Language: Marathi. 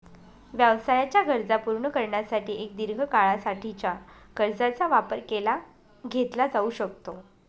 व्यवसायाच्या गरजा पूर्ण करण्यासाठी एक दीर्घ काळा साठीच्या कर्जाचा वापर केला घेतला जाऊ शकतो